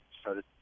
started